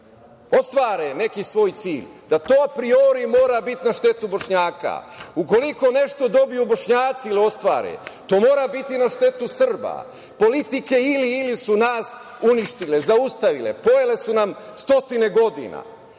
ostvare neki svoj cilj, da to apriori mora biti na štetu vršnjaka. Ukoliko nešto dobiju Bošnjaci ili ostvare, to mora biti na štetu Srba. Politike ili - ili su nas uništile, zaustavile. Pojele su nam stotine godina.